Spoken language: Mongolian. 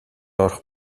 орох